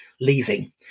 leaving